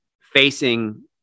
facing